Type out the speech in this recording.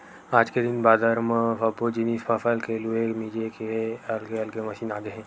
आज के दिन बादर म सब्बो जिनिस फसल के लूए मिजे के अलगे अलगे मसीन आगे हे